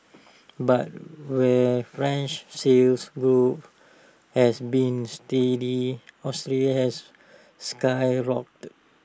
but where French sales grow has been steady Australia's has skyrocketed